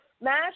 Mash